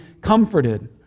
comforted